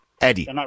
Eddie